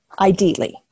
Ideally